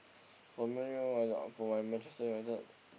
for Man-U uh for Manchester-United